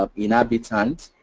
um inhabitants.